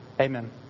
Amen